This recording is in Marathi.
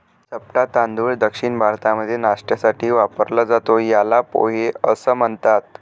चपटा तांदूळ दक्षिण भारतामध्ये नाष्ट्यासाठी वापरला जातो, याला पोहे असं म्हणतात